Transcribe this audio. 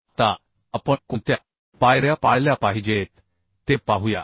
आता आपण कोणत्या पायऱ्या पाळल्या पाहिजेत ते पाहूया